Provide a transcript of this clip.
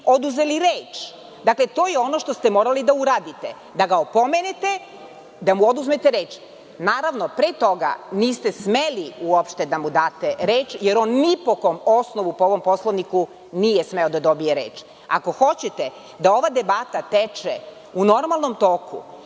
oduzeli reč. Dakle, to je ono što ste morali da uradite da ga opomenete da mu oduzmete reč. Naravno, pre toga niste smeli uopšte da mu date reč, jer on ni po kom osnovu po ovom Poslovniku nije smeo da dobije reč. Ako hoćete da ova debata teče u normalnom toku,